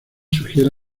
sugiere